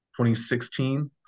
2016